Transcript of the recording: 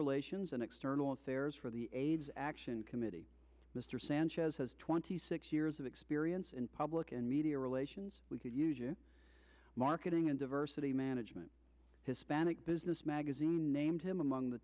relations and external affairs for the aids action committee mr sanchez has twenty six years of experience in public and media relations we could use marketing and diversity management hispanic business magazine named him among the